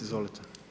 Izvolite.